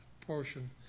portion